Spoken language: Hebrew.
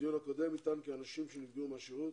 בדיון הקודם נטען כי אנשים שנפגעו מהשירות